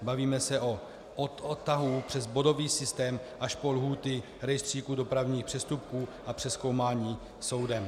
Bavíme se od odtahů přes bodový systém až po lhůty rejstříku dopravních přestupků a přezkoumání soudem.